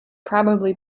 probably